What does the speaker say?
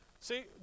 See